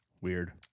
Weird